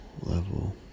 level